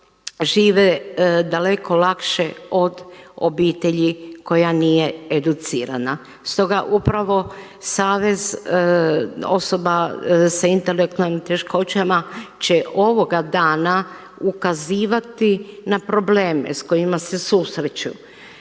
žive daleko lakše od obitelji koja nije educirana. Stoga upravo Savez osoba s intelektualnim teškoćama će ovoga dana ukazivati na probleme s kojima se susreću.